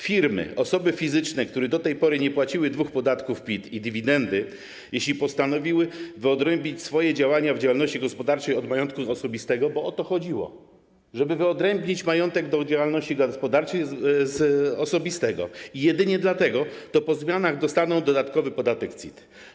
Firmy, osoby fizyczne, które do tej pory nie płaciły dwóch podatków PIT i dywidendy, jeśli postanowiły wyodrębnić swoje działania związane z działalnością gospodarczą od majątku osobistego - bo o to chodziło, żeby wyodrębnić majątek działalności gospodarczej od osobistego - po zmianach dostaną dodatkowy podatek CIT.